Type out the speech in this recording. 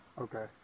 okay